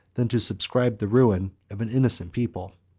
than to subscribe the ruin of an innocent people.